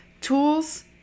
tools